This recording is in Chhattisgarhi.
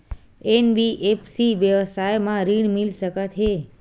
एन.बी.एफ.सी व्यवसाय मा ऋण मिल सकत हे